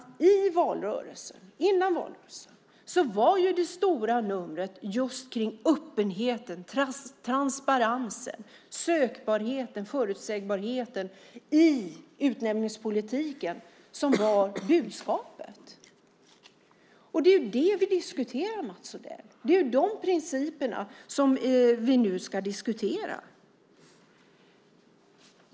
Före valrörelsen var ju det stora numret just kring öppenheten, transparensen, kring sökbarheten och förutsägbarheten i utnämningspolitiken. Det var ju det som var budskapet. Det är det vi diskuterar, Mats Odell, och det är de principerna som vi nu ska diskutera.